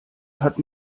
hat